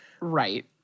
Right